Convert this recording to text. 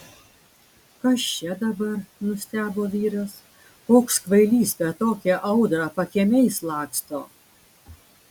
kas čia dabar nustebo vyras koks kvailys per tokią audrą pakiemiais laksto